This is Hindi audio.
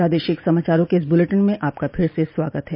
प्रादेशिक समाचारों के इस बुलेटिन में आपका फिर से स्वागत है